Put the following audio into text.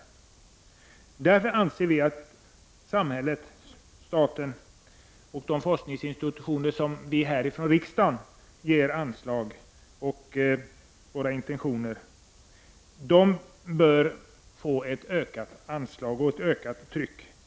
Centerpartiet anser därför att samhället, staten, och de forskningsinstitutioner som får sina anslag från riksdagen bör få ett ökat anslag och ett ökat stöd.